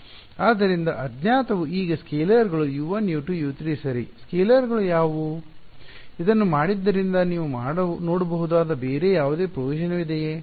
ಆದ್ದರಿಂದ ಅಜ್ಞಾತವು ಈಗ ಸ್ಕೇಲರ್ಗಳು U1 U2 U3 ಸರಿ ಸ್ಕೇಲರ್ಗಳು ಯಾವುವು ಇದನ್ನು ಮಾಡಿದ್ದರಿಂದ ನೀವು ನೋಡಬಹುದಾದ ಬೇರೆ ಯಾವುದೇ ಪ್ರಯೋಜನವಿದೆಯೇ